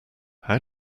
how